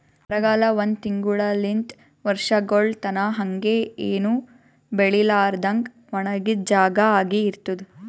ಬರಗಾಲ ಒಂದ್ ತಿಂಗುಳಲಿಂತ್ ವರ್ಷಗೊಳ್ ತನಾ ಹಂಗೆ ಏನು ಬೆಳಿಲಾರದಂಗ್ ಒಣಗಿದ್ ಜಾಗಾ ಆಗಿ ಇರ್ತುದ್